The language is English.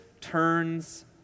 turns